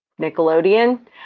Nickelodeon